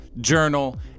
journal